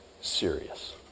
serious